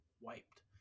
wiped